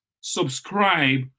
subscribe